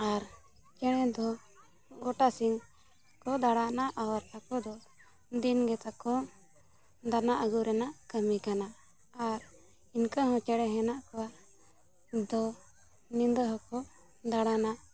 ᱟᱨ ᱪᱮᱬᱮ ᱫᱚ ᱜᱚᱴᱟ ᱥᱤᱧ ᱠᱚ ᱫᱟᱬᱟᱱᱟ ᱟᱨ ᱟᱠᱚ ᱫᱚ ᱫᱤᱱ ᱜᱮᱛᱟᱠᱚ ᱫᱟᱱᱟ ᱟᱹᱜᱩ ᱨᱮᱱᱟᱜ ᱠᱟᱹᱢᱤ ᱠᱟᱱᱟ ᱟᱨ ᱤᱱᱠᱟᱹ ᱦᱚᱸ ᱪᱮᱬᱮ ᱦᱮᱱᱟᱜ ᱠᱚᱣᱟ ᱫᱚ ᱧᱤᱫᱟᱹ ᱦᱚᱸᱠᱚ ᱫᱟᱬᱟᱱᱟ